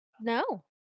No